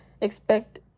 expect